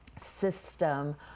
system